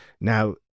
Now